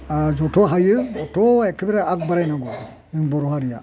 जत' हायो अत' एकेबारे आग बारायनांगौ बर' हारिया